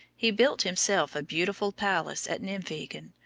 he built himself a beautiful palace at nimwegen,